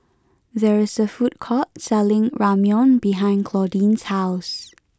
there is a food court selling Ramyeon behind Claudine's house